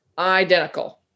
identical